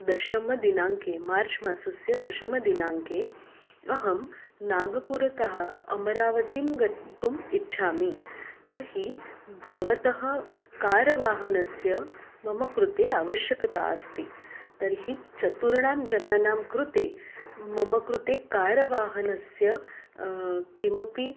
दशमदिनाङ्के मार्च् मासस्य दशमदिनाङ्के अहं नागपुरतः अमरावतीं गन्तुम् इच्छामि तर्हि भवतः कार वाहनस्य मम कृते आवश्यकता अस्ति तर्हि चतुर्णां जनानां कृते मम कृते कार वाहनस्य किमपि